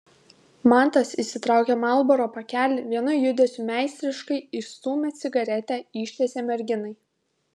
mantas išsitraukė marlboro pakelį vienu judesiu meistriškai išstūmė cigaretę ištiesė merginai